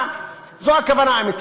זו הכוונה האמיתית.